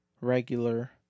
regular